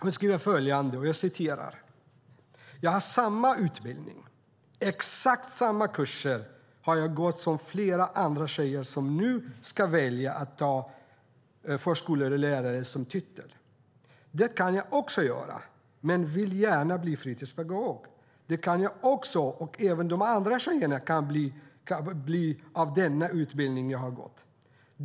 Hon skriver följande: Jag har samma utbildning, och jag har gått exakt samma kurser som flera andra tjejer som nu ska välja att ta förskollärare som titel. Det kan jag också göra, men jag vill gärna bli fritidspedagog. Det kan jag också bli, och det kan även de andra tjejerna bli, med den utbildning som jag har gått.